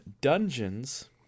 Dungeons